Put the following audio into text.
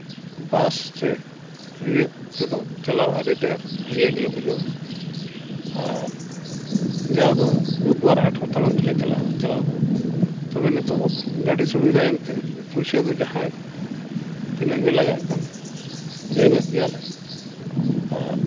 ᱵᱟᱥ ᱛᱮ ᱤᱭᱟᱹ ᱛᱮᱫᱚ ᱪᱟᱞᱟᱣ ᱟᱹᱰᱤ ᱰᱷᱮᱨ ᱤᱭᱟᱹ ᱜᱮᱞᱮ ᱵᱩᱡᱷᱟᱹᱣᱟ ᱟᱨ ᱡᱟᱣ ᱫᱚ ᱵᱩᱫᱷᱵᱟᱨ ᱦᱟᱴ ᱛᱟᱲᱟᱢ ᱛᱮᱞᱮ ᱪᱟᱞᱟᱜᱼᱟ ᱪᱟᱞᱟᱣ ᱫᱚ ᱛᱚᱵᱮ ᱱᱤᱛᱚᱜ ᱜᱟᱹᱰᱤ ᱥᱩᱵᱤᱫᱟᱭᱮᱱᱛᱮ ᱯᱩᱭᱥᱟᱹ ᱫᱚ ᱡᱟᱦᱟᱸ ᱛᱤᱱᱟᱹᱜ ᱜᱮ ᱞᱟᱜᱟᱜ ᱠᱟᱱ ᱮᱢᱮᱫ ᱜᱮᱭᱟ ᱞᱮ ᱟᱨ